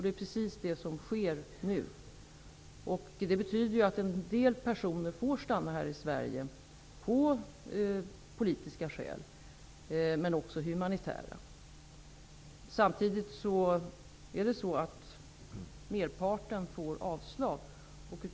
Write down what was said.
Det är precis vad som sker nu. Det betyder att en del personer får stanna här i Sverige av politiska men också humanitära skäl. Samtidigt får merparten avslag på sina ansökningar.